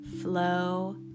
flow